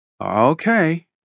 Okay